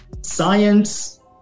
science